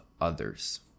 others